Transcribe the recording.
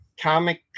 Comic